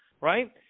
right